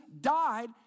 died